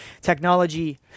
technology